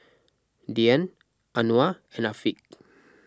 Dian Anuar and Afiq